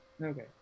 Okay